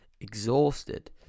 exhausted